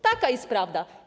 Taka jest prawda.